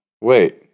Wait